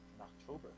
October